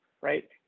right